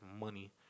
money